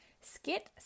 Skit